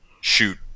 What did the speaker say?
shoot